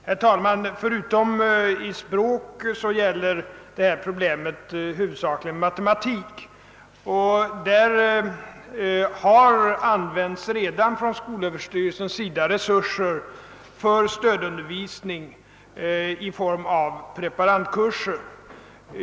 Herr talman! Utom språk gäller detta problem huvudsakligen matematik, och skolöverstyrelsen har redan satt in resurser för stödundervisning i form av preparandkurser.